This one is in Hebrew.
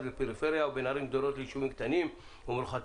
לפריפריה ובין ערים גדולות ליישובים קטנים ומרוחקים,